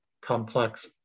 complex